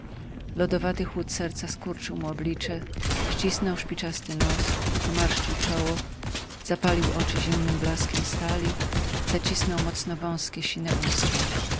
lodowaty chłód serca skurczył mu oblicze ścisnął spiczasty nos pomarszczył czoło zapalił oczy zimnym blaskiem stali zacisnął mocno wązkie sine ustausta